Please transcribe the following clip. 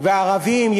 והערבים,